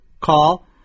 call